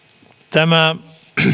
tämä